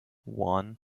one